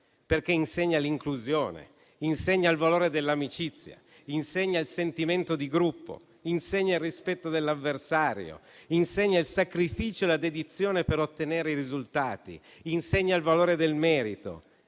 perché insegna l'inclusione, insegna il valore dell'amicizia, insegna il sentimento di gruppo, insegna il rispetto dell'avversario, insegna il sacrificio e la dedizione per ottenere i risultati, insegna il valore del merito,